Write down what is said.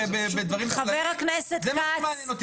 זה מה שמעניין אותי,